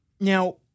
Now